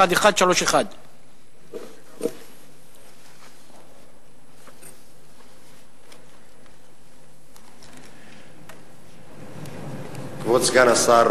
1131. כבוד סגן השר,